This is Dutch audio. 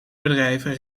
bedrijven